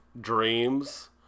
dreams